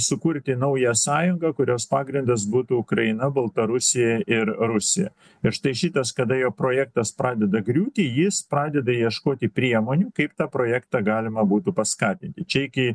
sukurti naują sąjungą kurios pagrindas būtų ukraina baltarusija ir rusija ir štai šitas kada jo projektas pradeda griūti jis pradeda ieškoti priemonių kaip tą projektą galima būtų paskatinti čia iki